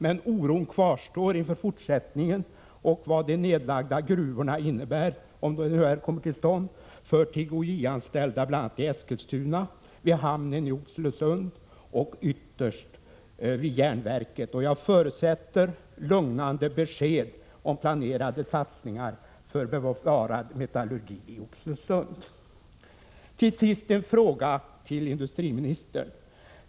Men oron kvarstår inför fortsättningen och vad en nedläggning av gruvorna innebär för TGOJ anställda bl.a. i Eskilstuna, vid hamnen i Oxelösund och ytterst vid järnverket. Jag förutsätter ett lugnande besked om planerade satsningar för att klara metallurgin i Oxelösund. Till sist en fråga till industriministern.